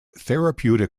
therapeutic